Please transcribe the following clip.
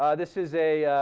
ah this is a,